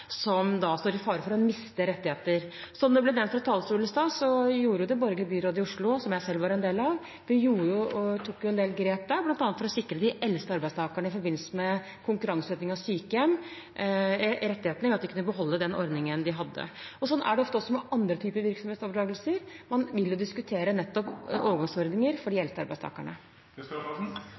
står i fare for å miste rettigheter? Som det ble nevnt fra talerstolen i stad, tok det borgerlige byrådet i Oslo, som jeg selv var en del av, en del grep bl.a. for å sikre rettighetene til de eldste arbeidstakerne i forbindelse med konkurranseutsetting av sykehjem ved at de kunne beholde den ordningen de hadde. Sånn er det ofte også med andre typer virksomhetsoverdragelser, man vil diskutere overgangsordninger for de